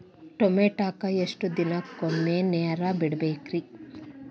ಟಮೋಟಾಕ ಎಷ್ಟು ದಿನಕ್ಕೊಮ್ಮೆ ನೇರ ಬಿಡಬೇಕ್ರೇ?